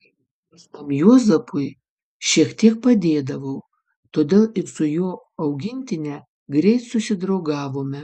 aš tam juozapui šiek tiek padėdavau todėl ir su jo augintine greit susidraugavome